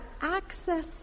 access